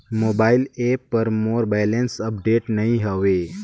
mobile app पर मोर balance update नई हवे